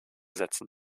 setzen